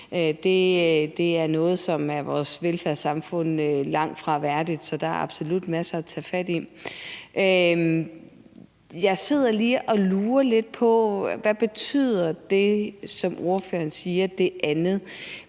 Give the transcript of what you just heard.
Det er noget, som langtfra er vores velfærdssamfund værdigt, så der er absolut masser at tage fat i. Jeg sidder lige og lurer lidt på noget. Hvad betyder »det andet«, som ordføreren siger?